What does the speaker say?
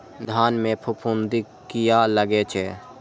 धान में फूफुंदी किया लगे छे?